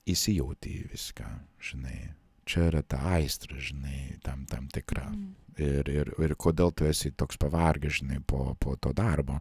įsijauti į viską žinai čia yra ta aistra žinai tam tam tikra ir ir ir kodėl tu esi toks pavargęs žinai po po to darbo